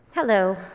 Hello